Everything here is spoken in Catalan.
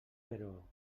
però